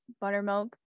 buttermilk